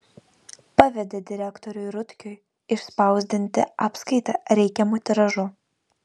pavedė direktoriui rutkiui išspausdinti apskaitą reikiamu tiražu